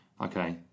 Okay